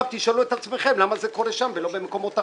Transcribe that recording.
תשאלו את עצמכם למה זה קורה שם ולא במקומות אחרים,